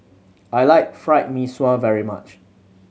I like Fried Mee Sua very much